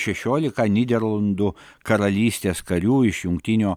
šešiolika nyderlandų karalystės karių iš jungtinio